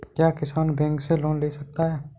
क्या किसान बैंक से लोन ले सकते हैं?